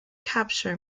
capture